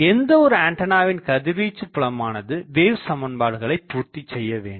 எந்த ஒரு ஆண்டனாவின் கதிர்வீச்சு புலமானது வேவ் சமன்பாடுகளைப் பூர்த்திச் செய்ய வேண்டும்